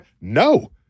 No